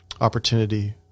opportunity